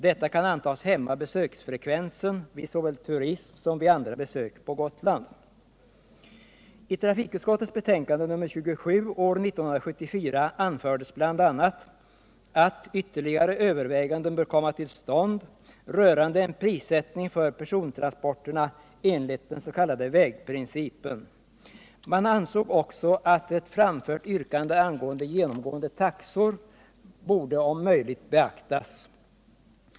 Detta kan antas hämma besöksfrekvensen vid såväl turism som vid andra besök på Gotland. I trafikutskottets betänkande nr 27 år 1974 anfördes bl.a. att ytterligare överväganden bör komma till stånd rörande en prissättning för persontransporterna enligt den s.k. vägprincipen. Man ansåg också att ett framfört yrkande angående genomgående taxor om möjligt borde beaktas.